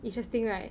interesting right